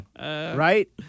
right